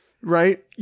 Right